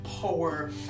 power